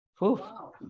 Wow